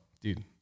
dude